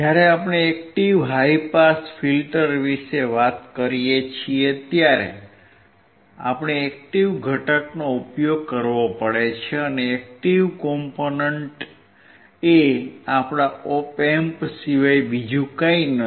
જ્યારે આપણે active high pass filter વિશે વાત કરીએ છીએ ત્યારે આપણે એક્ટીવ ઘટકનો ઉપયોગ કરવો પડે છે અને એક્ટીવ કોમ્પોનેંટએ આપણા Op Amp સિવાય બીજું કંઈ નથી